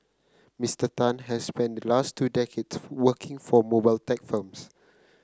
Mister Tan has spent last two decades working for mobile tech firms